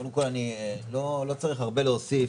קודם כל אני לא צריך הרבה להוסיף